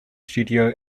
studio